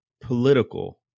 political